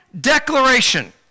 declaration